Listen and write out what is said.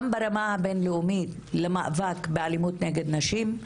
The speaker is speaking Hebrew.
גם ברמה הבין-לאומית למאבק באלימות נגד נשים,